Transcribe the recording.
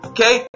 Okay